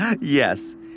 Yes